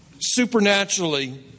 supernaturally